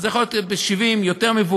אז הוא יכול להיות בן 70 או יותר מבוגר.